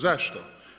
Zašto?